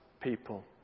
people